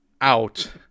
out